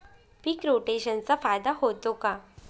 पीक रोटेशनचा फायदा होतो का?